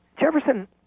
Jefferson